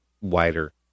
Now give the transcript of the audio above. wider